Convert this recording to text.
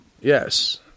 Yes